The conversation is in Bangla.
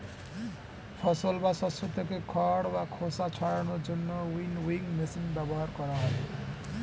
ফসল বা শস্য থেকে খড় বা খোসা ছাড়ানোর জন্য উইনউইং মেশিন ব্যবহার করা হয়